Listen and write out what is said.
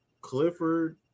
Clifford